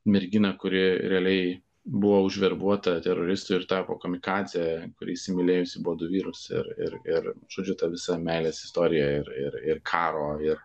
merginą kuri realiai buvo užverbuota teroristų ir tapo kamikadzė kuri įsimylėjusi buvo du vyrus ir ir ir žodžiu ta visa meilės istorija ir ir ir karo ir